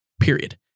period